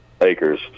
acres